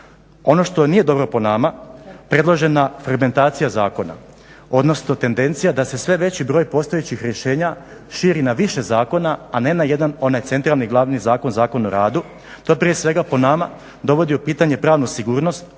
Ono što nije dobro po nama, predložena fragmentacija zakona odnosno tendencija da se sve veći broj postojećih rješenja širi na više zakona a ne na jedan onaj centralni glavni zakon, Zakon o radu, to je prije svega po nama dovodi u pitanje pravnu sigurnost